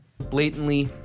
blatantly